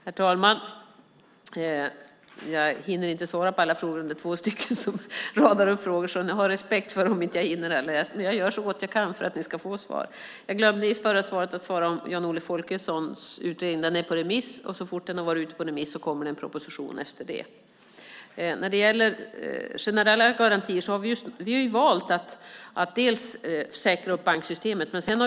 Herr talman! Jag hinner inte svara på allt när det är två stycken som radar upp frågor. Jag hoppas att ni kan respektera det. Jag gör så gott jag kan för att ni ska få svar. Jag glömde att svara på frågan om Jan-Olle Folkessons utredning. Den är ute på remiss. Så fort den kommer tillbaka kommer det en proposition. När det gäller generella garantier har vi valt att säkra banksystemet.